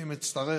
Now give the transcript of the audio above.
ואם אצטרך,